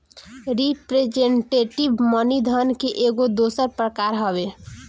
representative money धन के एगो दोसर प्रकार हवे